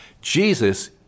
Jesus